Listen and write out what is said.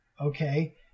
Okay